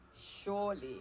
surely